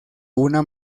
una